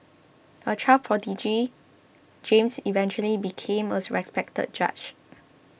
a child prodigy James eventually became a respected judge